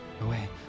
away